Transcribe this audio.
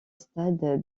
stade